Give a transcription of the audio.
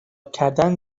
کردن